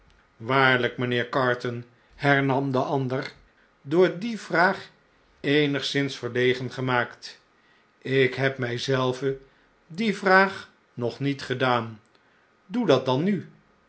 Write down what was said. waarlp mijnheer carton hernam de ander door die vraag eenigszins verlegen gemaakt ik heb my zelven die vraag nog nietgedaan doe dat dan nu